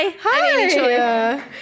Hi